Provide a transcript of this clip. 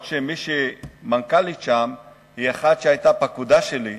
אף-על-פי שמי שמנכ"לית שם היא אחת שהיתה פקודה שלי,